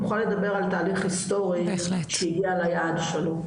נוכל לדבר על תהליך היסטורי שהגיע ליעד שלו,